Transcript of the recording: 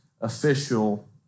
official